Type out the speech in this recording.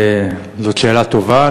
זאת שאלה טובה.